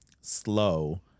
slow